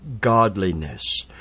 godliness